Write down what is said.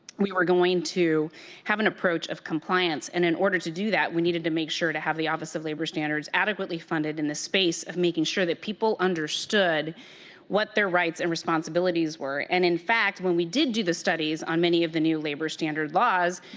we were going to have an approach of compliance, and in order to do that we needed to make sure to have the office of labor standards adequately funded in the space of making sure that people understood what their rights and responsibilities were. and in fact, when we did do the studies on many of the new labor standard laws,